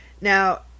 Now